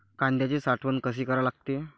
कांद्याची साठवन कसी करा लागते?